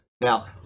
Now